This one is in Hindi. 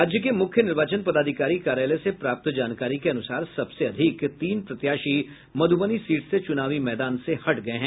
राज्य के मुख्य निर्वाचन पदाधिकारी कार्यालय से प्राप्त जानकारी के अनुसार सबसे अधिक तीन प्रत्याशी मध्रबनी सीट से चुनावी मैदान से हट गये हैं